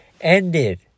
ended